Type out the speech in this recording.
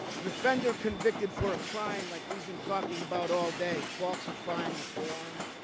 an offender convicted for a crime like we've been talking about all day, falsifying a form,